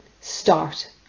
start